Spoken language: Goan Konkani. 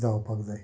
जावपाक जाय